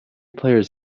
players